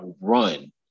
run